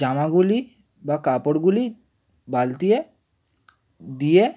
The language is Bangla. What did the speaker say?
জামাগুলি বা কাপড়গুলি বালতিতে দিয়ে